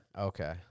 Okay